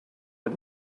but